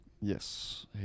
Yes